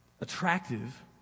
attractive